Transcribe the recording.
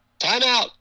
Timeout